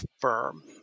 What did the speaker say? firm